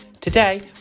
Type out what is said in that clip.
Today